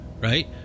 right